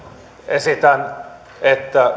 esitän että